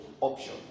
option